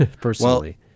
personally